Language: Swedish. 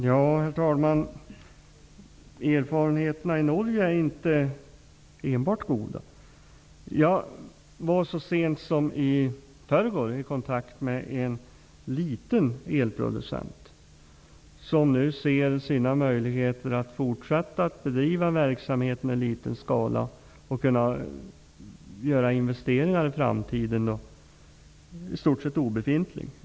Herr talman! Erfarenheterna i Norge är inte enbart goda. Jag var så sent som i förrgår i kontakt med en liten elproducent, som nu ser sina möjligheter att fortsätta att bedriva verksamheten i liten skala och att i framtiden kunna göra investeringar som i stort sett obefintliga.